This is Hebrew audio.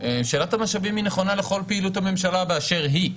שאלת המשאבים היא נכונה לכל פעילות הממשלה באשר היא.